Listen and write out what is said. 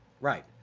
Right